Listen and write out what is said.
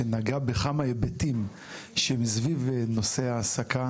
שנגע בכמה היבטים סביב נושא העסקה